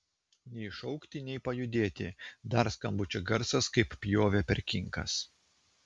nei šaukti nei pajudėti dar skambučio garsas kaip pjovė per kinkas